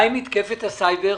מה עם מתקפת הסייבר